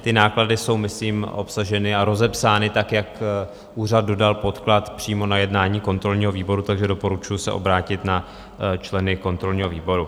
Ty náklady jsou myslím obsaženy a rozepsány tak, jak úřad dodal podklad přímo na jednání kontrolního výboru, takže doporučuju se obrátit na členy kontrolního výboru.